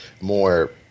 more